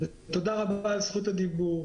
תודה רבה על זכות הדיבור.